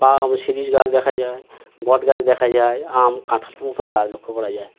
বা শিরীষ গাছ দেখা যায় বট গাছ দেখা যায় আম কাঁঠালের মতন গাছ লক্ষ্য করা যায়